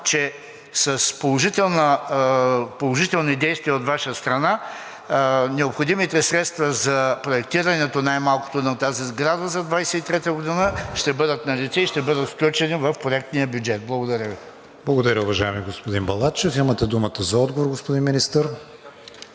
че с положителни действия от Ваша страна необходимите средства за проектирането, най-малкото на тази сграда, за 2023 г. ще бъдат налице и ще бъдат включени в проектния бюджет. Благодаря Ви. ПРЕДСЕДАТЕЛ КРИСТИАН ВИГЕНИН: Благодаря, уважаеми господин Балачев. Имате думата за отговор, господин Министър.